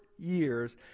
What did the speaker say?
years